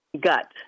gut